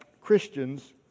Christians